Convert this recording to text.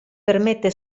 permette